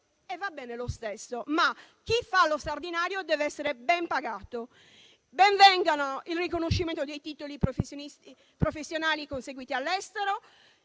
e va bene lo stesso. Chi però fa lo straordinario deve essere ben pagato. Ben vengano il riconoscimento dei titoli professionali conseguiti all'estero,